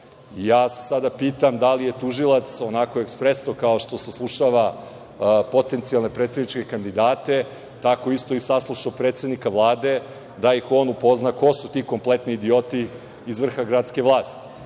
Sada se pitam da li je tužilac onako ekspresno, kao što saslušava potencijalne predsedničke kandidate, tako isto i saslušao predsednika Vlade da ih on upozna ko su ti kompletni idioti iz vrha gradske vlasti.